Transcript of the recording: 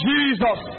Jesus